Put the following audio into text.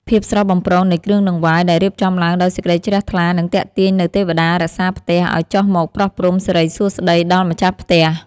ភាពស្រស់បំព្រងនៃគ្រឿងដង្វាយដែលរៀបចំឡើងដោយសេចក្តីជ្រះថ្លានឹងទាក់ទាញនូវទេវតារក្សាផ្ទះឱ្យចុះមកប្រោះព្រំសិរីសួស្តីដល់ម្ចាស់ផ្ទះ។